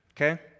Okay